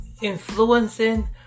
influencing